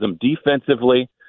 defensively